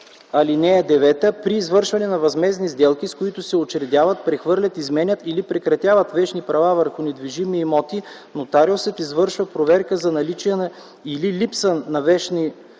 ал. 9: „(9) При извършване на възмездни сделки, с които се учредяват, прехвърлят, изменят или прекратяват вещни права върху недвижими имоти, нотариусът извършва проверка за наличие или липса на вещни